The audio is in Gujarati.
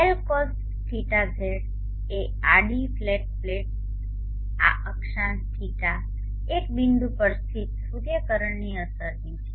L Cos θZ એક આડી ફ્લેટ પ્લેટ આ અક્ષાંશ ϕ એક બિંદુ પર સ્થિત સૂર્યકિરણની અસરની છે